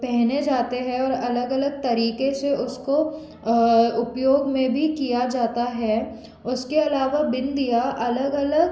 पहने जाते हैं और अलग अलग तरीक़े से उसको उपयोग में भी किया जाता है उसके अलावा बिंदियाँ अलग अलग